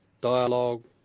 dialogue